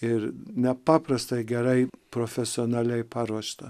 ir nepaprastai gerai profesionaliai paruošta